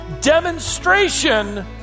demonstration